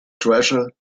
treasure